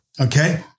Okay